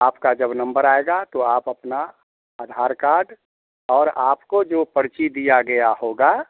आपका जब नंबर आएगा तो आप अपना आधार कार्ड और आपको जो पर्ची दिया गया होगा